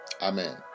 Amen